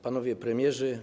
Panowie Premierzy!